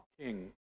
king